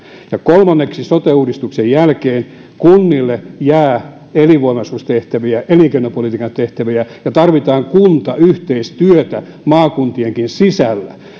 kolmanneksi sote uudistuksen jälkeen kunnille jää elinvoimaisuustehtäviä elinkeinopolitiikan tehtäviä ja tarvitaan kuntayhteistyötä maakuntienkin sisällä